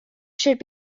should